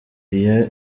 iyo